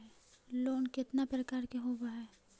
Loan केतना प्रकार के होव हइ?